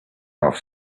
off